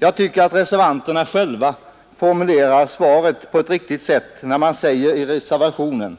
Jag tycker att reservanterna själva formulerar svaret på ett riktigt sätt när de i reservationen